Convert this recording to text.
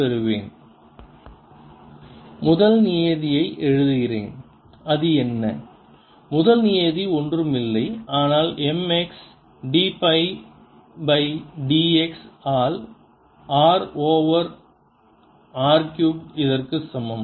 zzrr5 முதல் நியதியை எழுதுகிறேன் அது என்ன முதல் நியதி ஒன்றும் இல்லை ஆனால் m x d by d x all r over r cube இதற்கு சமம்